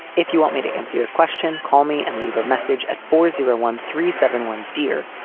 if you want me to answer your question. call me and leave a message at four zero and one three seven one. dear,